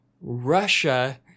Russia